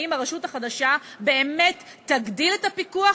האם הרשות החדשה באמת תגדיל את הפיקוח,